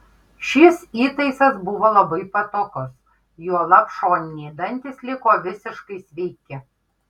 šis įtaisas buvo labai patogus juolab šoniniai dantys liko visiškai sveiki